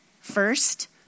first